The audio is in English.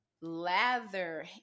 lather